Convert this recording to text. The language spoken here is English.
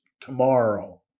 tomorrow